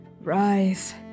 Rise